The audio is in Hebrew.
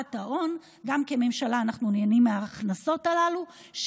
ההון גם כממשלה אנחנו נהנים מההכנסות הללו,